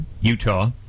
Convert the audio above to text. Utah